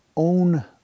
Own